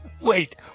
Wait